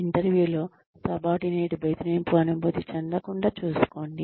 ఇంటర్వ్యూలో సబార్డినేట్ బెదిరింపు అనుభూతి చెందకుండా చూసుకోండి